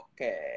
Okay